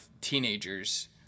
teenagers